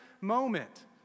moment